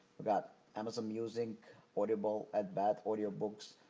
we got amazon music audible, at bat, audio books,